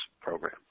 program